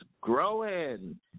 growing